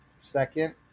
second